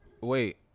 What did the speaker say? wait